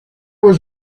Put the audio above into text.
was